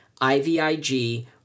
IVIG